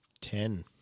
Ten